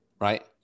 Right